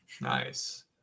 nice